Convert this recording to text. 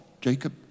Jacob